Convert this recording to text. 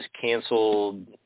canceled